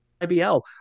IBL